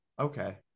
Okay